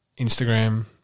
Instagram